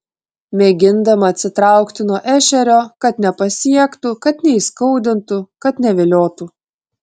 mėgindama atsitraukti nuo ešerio kad nepasiektų kad neįskaudintų kad neviliotų